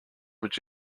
would